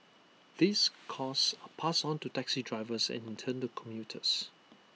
these costs are passed on to taxi drivers and in turn to commuters